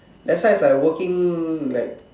that's why it's like working like